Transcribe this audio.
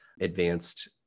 advanced